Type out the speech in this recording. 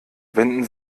wenden